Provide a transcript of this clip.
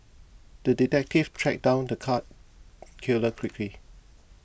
the detective tracked down the cat killer quickly